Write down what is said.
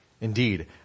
Indeed